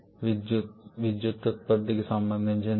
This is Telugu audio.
విద్యుత్ విద్యుత్ ఉత్పత్తికి సంబంధించినది ఒకటి